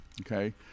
okay